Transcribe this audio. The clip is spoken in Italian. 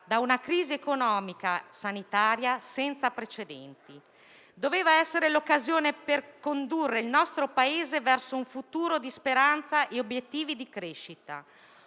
da una crisi economica e sanitaria senza precedenti. Doveva essere l'occasione per condurre il nostro Paese verso un futuro di speranza e obiettivi di crescita.